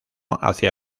hacia